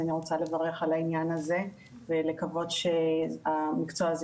אני רוצה לברך על העניין הזה ולקוות שהמקצוע הזה